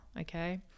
Okay